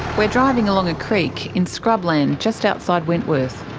we're driving along a creek in scrubland just outside wentworth.